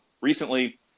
Recently